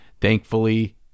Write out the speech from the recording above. thankfully